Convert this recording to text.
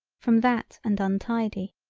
from that and untidy.